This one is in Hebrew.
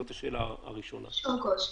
שום קושי.